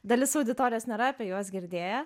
dalis auditorijos nėra apie juos girdėję